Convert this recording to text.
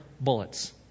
bullets